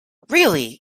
really